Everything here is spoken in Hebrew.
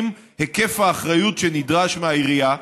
עם היקף האחריות שנדרש מהעירייה.